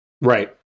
Right